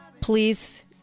please